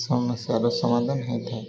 ସମସ୍ୟାର ସମାଧାନ ହୋଇଥାଏ